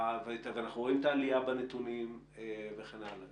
ואנחנו רואים את העלייה בנתונים וכן הלאה.